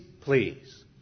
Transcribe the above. please